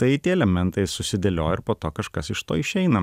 tai tie elementai susidėlioja ir po to kažkas iš to išeina